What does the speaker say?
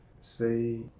say